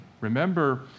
Remember